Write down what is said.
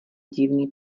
divný